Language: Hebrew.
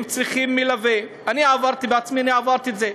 אני בעצמי עברתי את זה,